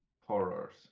Horrors